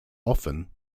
often